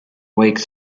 weak